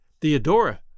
Theodora